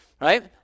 Right